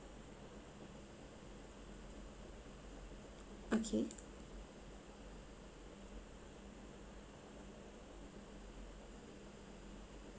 okay